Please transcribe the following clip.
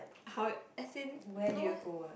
how as in no eh